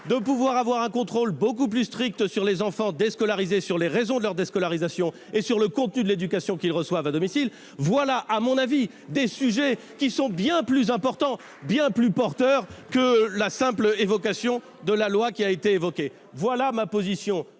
d'exercer un contrôle beaucoup plus strict sur les enfants déscolarisés, sur les raisons de leur déscolarisation et sur le contenu de l'éducation qu'ils reçoivent à domicile. Voilà des sujets bien plus importants, bien plus porteurs, que ne l'est la proposition de loi qui a été évoquée ! Voici ma position